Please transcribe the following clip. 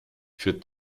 für